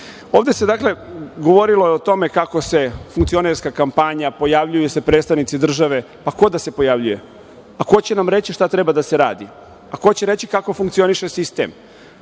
se govorilo o tome kako se funkcionerska kampanja, pojavljuju se predstavnici države, pa ko da se pojavljuje? A ko će nam reći šta treba da se radi? Ko će nam reći kako funkcioniše sistem?